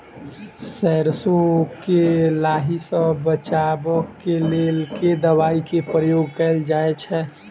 सैरसो केँ लाही सऽ बचाब केँ लेल केँ दवाई केँ प्रयोग कैल जाएँ छैय?